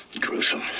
Gruesome